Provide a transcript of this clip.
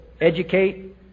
educate